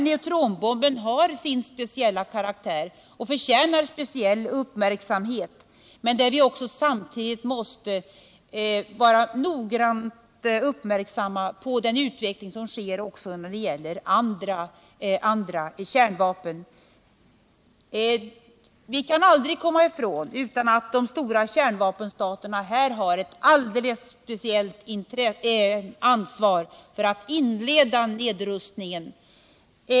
Neutronbomben har därvid sin särskilda karaktär och förtjänar särskild uppmärksamhet. Men vi måste samtidigt noggrant uppmärksamma den utveckling som sker när det gäller andra kärnvapen. Vi kan aldrig komma ifrån att de stora kärnvapenstaterna har ett alldeles speciellt ansvar för att inleda nedrustningen.